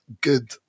good